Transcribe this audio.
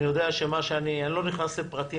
אני יודע שמה שאני אני לא נכנס לפרטים